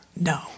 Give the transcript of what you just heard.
No